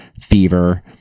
fever